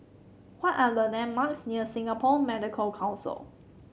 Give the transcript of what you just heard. what are the landmarks near Singapore Medical Council